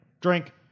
Drink